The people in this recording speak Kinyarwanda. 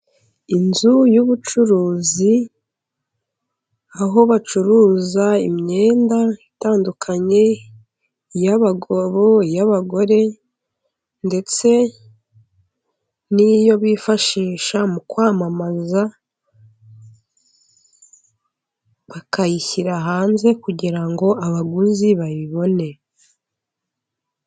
Inzu y'ubucuruzi, aho bacuruza imyenda itandukanye, iy'abagabo, iy'abagore, ndetse n'iyo bifashisha mu kwamamaza, bakayishyira hanze kugira ngo abaguzi bayibone.